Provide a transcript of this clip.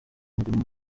murimo